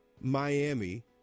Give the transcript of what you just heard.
Miami